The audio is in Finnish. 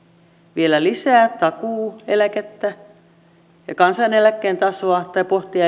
vielä lisää takuueläkettä ja kansaneläkkeen tasoa tai pohtia